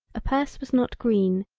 a purse was not green,